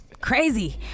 crazy